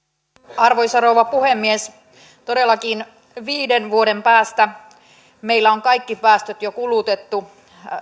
arvoisa rouva puhemies todellakin viiden vuoden päästä meillä on kaikki päästöt jo kulutettu